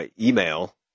email